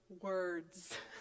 words